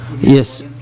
Yes